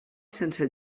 sense